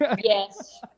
Yes